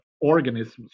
organisms